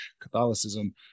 catholicism